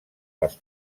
les